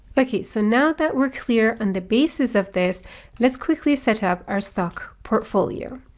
okay. so now that we're clear on the basis of this let's quickly set up our stock portfolio.